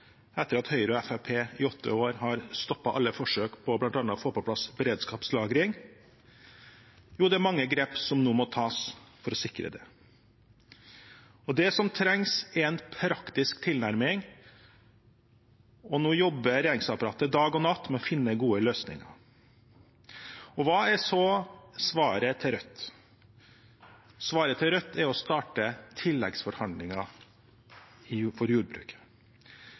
etter at Høyre og Fremskrittspartiet i åtte år har stoppet alle forsøk på bl.a. å få på plass beredskapslagring? Jo, det er mange grep som nå må tas for å sikre det. Det som trengs, er en praktisk tilnærming, og regjeringsapparatet jobber nå dag og natt med å finne gode løsninger. Hva er så Rødts svar? Rødts svar er å starte tilleggsforhandlinger for jordbruket. Det er 14 dager til grunnlagsmaterialet som danner grunnlaget for